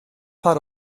part